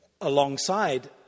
Alongside